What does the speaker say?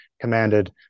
commanded